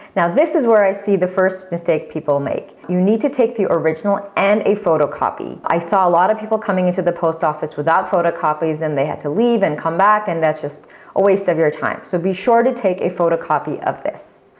now, this is where i see the first mistake people make, you need to take the original and a photo copy. i saw a lot of people coming into the post office without photo copies, and they had to leave, and come back, and that's just a waste of your time. so be sure to take a photo copy of this.